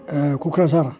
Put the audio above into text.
Kokrajhar